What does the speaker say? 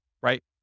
right